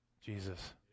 Jesus